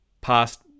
past